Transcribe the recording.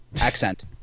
accent